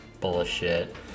bullshit